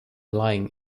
lying